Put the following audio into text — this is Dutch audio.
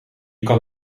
kan